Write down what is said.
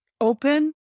open